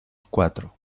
cuatro